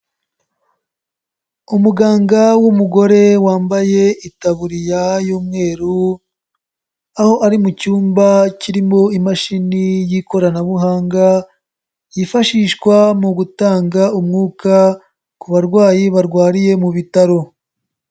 Umuganga w'umugore wambaye itaburiya y'umweru, aho ari mu cyumba kirimo imashini y'ikoranabuhanga yifashishwa mu gutanga umwuka ku barwayi barwariye mu bitaro.